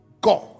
God